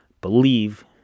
believe